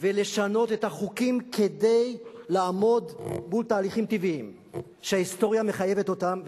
ולשנות את החוקים כדי לעמוד מול תהליכים טבעיים שההיסטוריה מחייבת אותם.